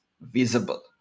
visible